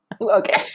Okay